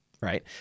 right